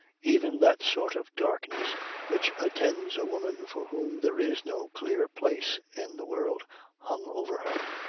even that sort of darkness which attends a woman for whom there is no clear place in the world hung over her.